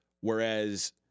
whereas